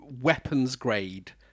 weapons-grade